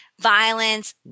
violence